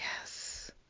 yes